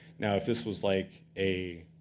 now, if this was like a